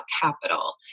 capital